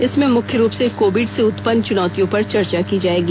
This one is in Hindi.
इसमें मुख्य रूप र्स कोविड से उत्पन्न चुनौतियों पर चर्चा की जाएगी